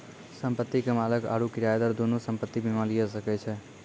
संपत्ति के मालिक आरु किरायादार दुनू संपत्ति बीमा लिये सकै छै